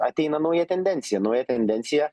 ateina nauja tendencija nauja tendencija